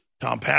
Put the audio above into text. Tom